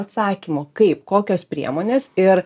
atsakymų kaip kokios priemonės ir